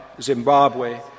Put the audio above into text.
Zimbabwe